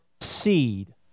seed